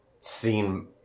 seen